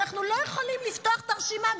אנחנו לא יכולים לפתוח את הרשימה.